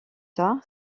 tard